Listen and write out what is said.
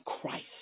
Christ